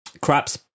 Craps